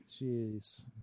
Jeez